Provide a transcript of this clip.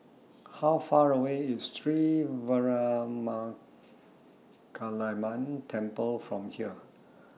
How Far away IS Sri Veeramakaliamman Temple from here